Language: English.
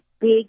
big